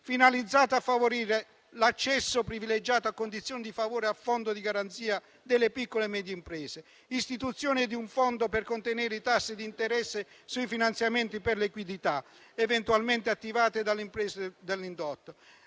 finalizzato a favorire l'accesso privilegiato a condizioni di favore al fondo di garanzia delle piccole e medie imprese, con l'istituzione di un fondo per contenere i tassi di interesse sui finanziamenti per liquidità eventualmente attivate dalle imprese dell'indotto